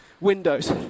windows